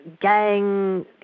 gang